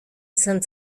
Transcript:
izan